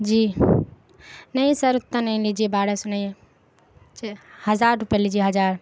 جی نہیں سر اتنا نہیں لیجیے بارہ سو نہیں ہزار روپئے لیجیے ہزار